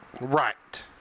Right